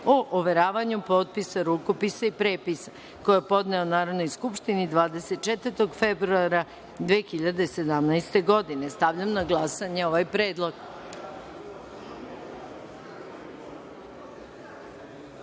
o overavanju potpisa, rukopisa i prepisa, koji je podneo Narodnoj skupštini 24. februara 2017. godine. Stavljam na glasanje ovaj predlog. Molim